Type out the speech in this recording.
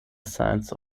signs